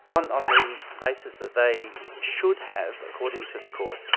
on on the basis that they should have, according to the court,